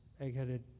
egg-headed